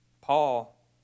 Paul